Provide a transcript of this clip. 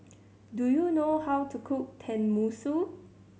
do you know how to cook Tenmusu